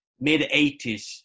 mid-80s